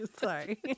sorry